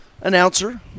announcer